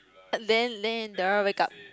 then then the they all wake up